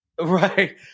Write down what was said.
right